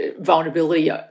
vulnerability